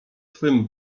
twym